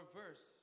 verse